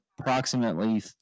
approximately